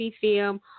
film